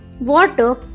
water